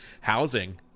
housing